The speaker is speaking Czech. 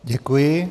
Děkuji.